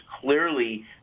clearly